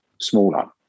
smaller